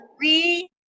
three